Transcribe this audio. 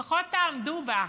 לפחות תעמדו בה.